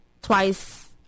Twice